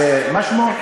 מה שמו?